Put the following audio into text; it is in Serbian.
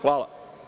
Hvala.